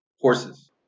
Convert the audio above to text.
horses